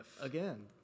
again